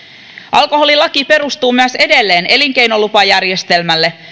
alkoholilaki perustuu myös edelleen elinkeinolupajärjestelmälle